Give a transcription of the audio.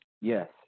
Yes